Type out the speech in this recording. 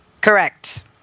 Correct